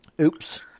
Oops